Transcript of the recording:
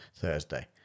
thursday